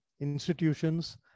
institutions